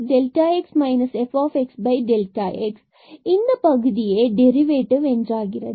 ஆகும் எனவே இந்த பகுதி இங்கு டெரிவேட்டிவ் ஆகிறது